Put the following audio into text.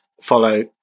follow